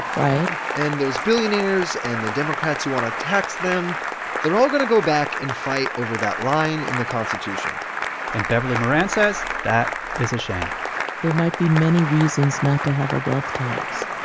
right? and those billionaires and the democrats who want to tax them they're all going to go back and fight over that line in the constitution and beverly moran says that is a shame there might be many reasons not to have a wealth tax,